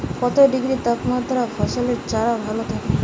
কত ডিগ্রি তাপমাত্রায় ফসলের চারা ভালো থাকে?